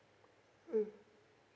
mm